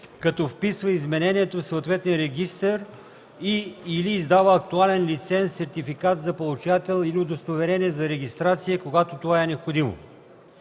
като вписва изменението в съответния регистър и/или издава актуален лиценз, сертификат за получател или удостоверение за регистрация, когато това е необходимо.”